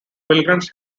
pilgrims